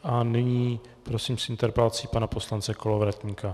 A nyní prosím s interpelací pana poslance Kolovratníka.